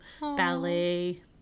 ballet